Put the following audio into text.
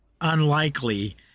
unlikely